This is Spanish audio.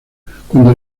cuando